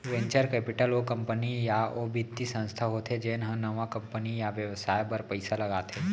venture capital ओ company या ओ बित्तीय संस्था होथे जेन ह नवा कंपनी या बेवसाय बर पइसा लगाथे